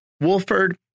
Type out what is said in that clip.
Wolford